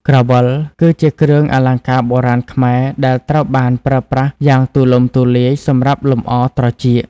ក្រវិល គឺជាគ្រឿងអលង្ការបុរាណខ្មែរដែលត្រូវបានប្រើប្រាស់យ៉ាងទូលំទូលាយសម្រាប់លម្អ ត្រចៀក។